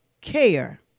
care